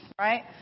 Right